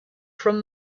from